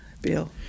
Bill